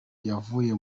yavuye